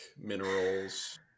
minerals